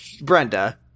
Brenda